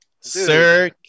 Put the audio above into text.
Sir